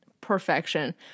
perfection